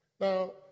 Now